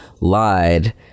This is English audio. lied